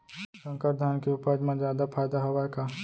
संकर धान के उपज मा जादा फायदा हवय का?